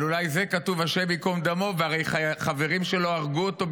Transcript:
אבל אולי על זה כתוב השם ייקום דמו והרי חברים שלו הרגו אותו,